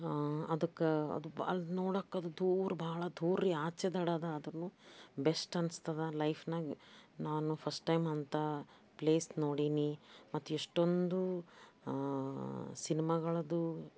ಅದಕ್ಕೆ ಅದು ಭಾಳ ನೋಡೋಕ್ ಅದು ದೂರ ಭಾಳ ದೂರ ರೀ ಆಚೆ ದಡದ ಅದೂ ಬೆಸ್ಟ್ ಅನ್ನಿಸ್ತದೆ ಲೈಫಿನಾಗ ನಾನು ಫಸ್ಟ್ ಟೈಮ್ ಅಂಥಾ ಪ್ಲೇಸ್ ನೋಡೀನಿ ಮತ್ತು ಎಷ್ಟೊಂದು ಸಿನ್ಮಾಗಳದ್ದು